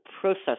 process